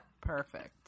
perfect